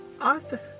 Arthur